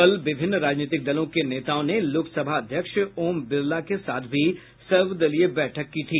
कल विभिन्न राजनीतिक दलों के नेताओं ने भी लोकसभा अध्यक्ष ओम बिरला के साथ सर्वदलीय बैठक की थी